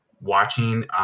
watching